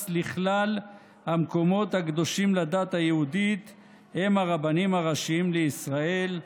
לכלל המקומות הקדושים לדת היהודית הוא הרבנים הראשיים לישראל,